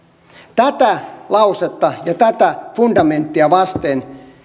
tätä lausetta ja tätä fundamenttia vasten